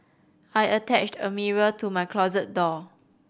I attached a mirror to my closet door